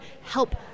help